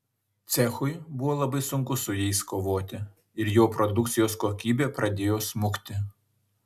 cechui buvo labai sunku su jais kovoti ir jo produkcijos kokybė pradėjo smukti